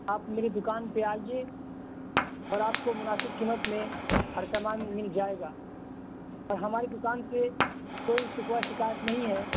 آپ میری دکان پہ آئیے اور آپ کو مناسب قیمت میں ہر سمان مل جائے گا اور ہماری دکان سے کوئی شکوہ شکایت نہیں ہے